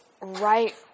right